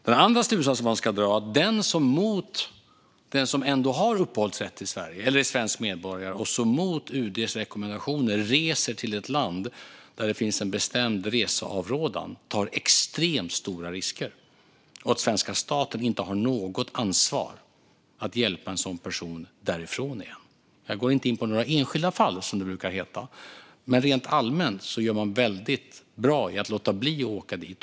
Den andra slutsatsen man ska dra är att den som ändå har uppehållsrätt i Sverige eller är svensk medborgare och som mot UD:s rekommendationer reser till ett land med bestämd reseavrådan tar extremt stora risker. Svenska staten har inte något ansvar för att hjälpa en sådan person därifrån. Jag går inte in på några enskilda fall, som det brukar heta. Men rent allmänt gör man rätt i att låta bli att åka dit.